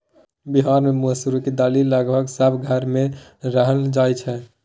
बिहार मे मसुरीक दालि लगभग सब घर मे रान्हल जाइ छै